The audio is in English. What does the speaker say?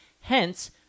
Hence